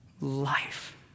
life